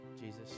Jesus